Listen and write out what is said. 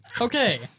Okay